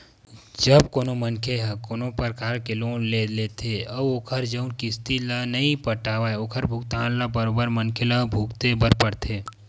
जब कोनो मनखे ह कोनो परकार के लोन ले लेथे अउ ओखर जउन किस्ती ल नइ पटाय ओखर भुगतना ल बरोबर मनखे ल भुगते बर परथे